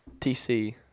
TC